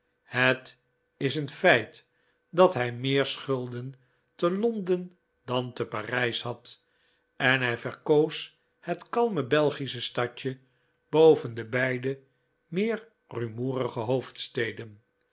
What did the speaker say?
het is een feit dat hij meer schulden te londen dan te parijs had en hij verkoos het kalme belgische stadje boven de beide meer rumoerige hoofdsteden